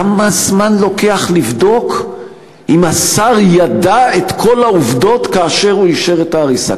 כמה זמן לוקח לבדוק אם השר ידע את כל העובדות כאשר הוא אישר את ההריסה?